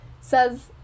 says